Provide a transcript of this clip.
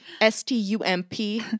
S-T-U-M-P